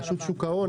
רשות שוק ההון,